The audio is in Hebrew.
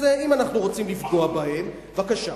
אז אם אנחנו רוצים לפגוע בהם, בבקשה,